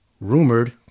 Rumored